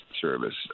service